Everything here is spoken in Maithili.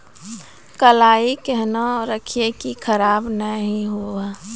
कलाई केहनो रखिए की खराब नहीं हुआ?